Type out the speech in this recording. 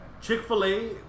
Chick-fil-A